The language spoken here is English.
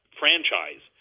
franchise